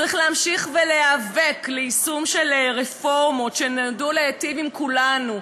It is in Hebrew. צריך להמשיך ולהיאבק ליישום של רפורמות שנועדו להיטיב עם כולנו,